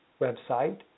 website